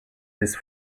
this